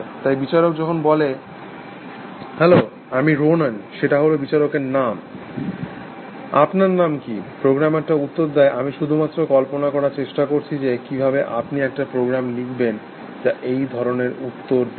তাই বিচারক যখন বলে হ্যালো আমি রোনান সেটা হল বিচারকের নাম আপনার নাম কি প্রোগ্রামটা উত্তর দেয় আমি শুধুমাত্র কল্পনা করার চেষ্টা করছি যে কিভাবে আপনি একটা প্রোগ্রাম লিখবেন যা এই ধরণের উত্তর দেবে